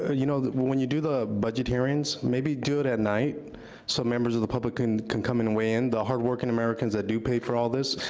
ah you know, when when you do the budget hearings, maybe do it at night, so members of the public and can come and weigh in. the hardworking americans that do pay for all this. so,